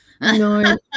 No